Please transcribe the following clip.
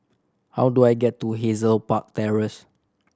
how do I get to Hazel Park Terrace